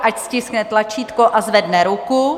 Ať stiskne tlačítko a zvedne ruku.